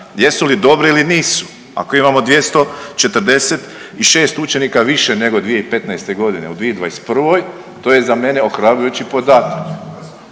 jesu li dobri ili nisu. Ako imamo 246 učenika više nego 2015. godine u 2021. to je za mene ohrabrujući podatak.